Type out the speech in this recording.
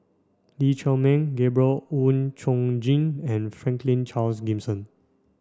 Lee Chiaw Meng Gabriel Oon Chong Jin and Franklin Charles Gimson